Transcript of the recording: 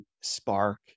spark